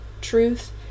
truth